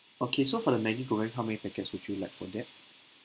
okay so for the Maggi goreng how many packets would you like for that